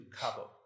Cabo